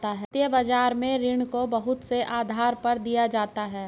वित्तीय बाजार में ऋण को बहुत से आधार पर दिया जाता है